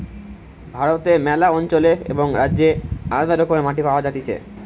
ভারতে ম্যালা অঞ্চলে এবং রাজ্যে আলদা রকমের মাটি পাওয়া যাতিছে